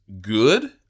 good